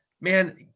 man